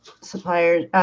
suppliers